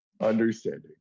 Understanding